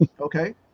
Okay